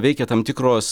veikia tam tikros